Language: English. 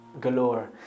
galore